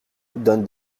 donnent